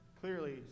clearly